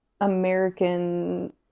American